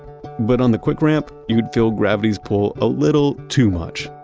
but on the quick ramp, you'd feel gravity's pull a little too much.